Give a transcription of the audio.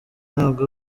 ntabwo